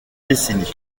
décennies